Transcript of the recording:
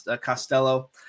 Costello